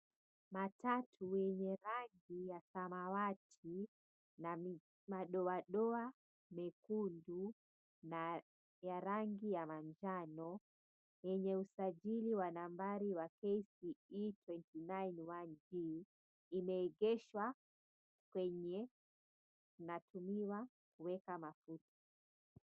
Matatu yenye rangi ya samawati na madoadoa mekundu na ya rangi ya manjano, yenye usajili wa nambari wa KCE 291T, inaegeshwa kwenye kunakonatumiwa kuweka mafuta.